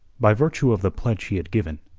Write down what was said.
by virtue of the pledge he had given,